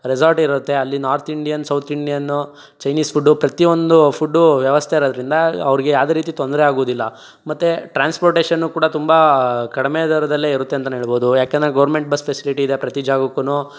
resort ಇರುತ್ತೆ ಅಲ್ಲಿ north Indian south Indian Chinese food ಪ್ರತಿಯೊಂದು ಫುಡು ವ್ಯವಸ್ಥೆ ಇರೋದ್ರಿಂದ ಅವರಿಗೆ ಯಾವ್ದೆ ರೀತಿ ತೊಂದರೆ ಆಗೋದಿಲ್ಲ ಮತ್ತೆ ಟ್ರಾನ್ಸ್ಪೋರ್ಟೇಶನ್ ಕೂಡ ತುಂಬ ಕಡಿಮೆ ದರದಲ್ಲಿ ಇರುತ್ತೆ ಅಂತಲೇ ಹೇಳ್ಬೋದು ಯಾಕೆಂದ್ರೆ ಗವ್ರ್ಮೆಂಟ್ ಬಸ್ ಫೆಸಿಲಿಟಿ ಇದೆ ಪ್ರತಿ ಜಾಗಕ್ಕೂ